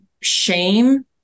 Shame